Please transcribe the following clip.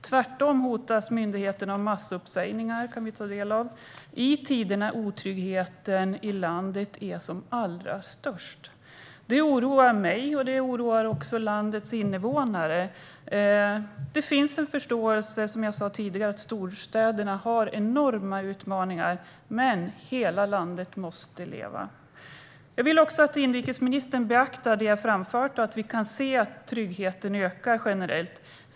Tvärtom kan vi ta del av beskedet att myndigheten hotas av massuppsägningar i tider när otryggheten i landet är som allra störst. Det oroar mig, och det oroar landets invånare. Som jag sa tidigare finns det förståelse för att storstäderna har enorma utmaningar, men hela landet måste leva. Jag vill att inrikesministern beaktar det jag framfört och att vi ska kunna se att tryggheten ökar generellt.